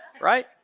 right